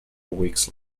weeks